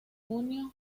junio